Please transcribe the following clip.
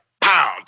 pound